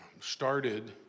started